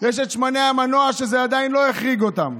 יש את שמני המנוע, שזה עדיין לא החריג אותם.